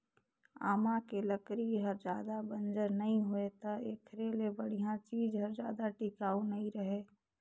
आमा के लकरी हर जादा बंजर नइ होय त एखरे ले बड़िहा चीज हर जादा टिकाऊ नइ रहें